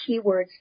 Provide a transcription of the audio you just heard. keywords